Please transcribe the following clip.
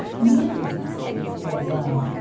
nan could not skate very well,